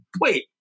Wait